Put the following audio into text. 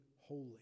holy